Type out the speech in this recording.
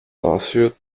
lawsuit